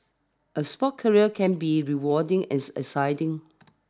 a sports career can be rewarding as an exciting